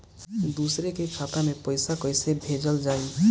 दूसरे के खाता में पइसा केइसे भेजल जाइ?